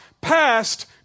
past